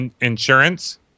insurance